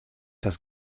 das